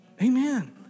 Amen